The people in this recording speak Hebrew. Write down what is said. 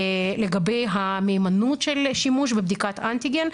לגבי המהימנות של שימוש בבדיקת אנטיגן,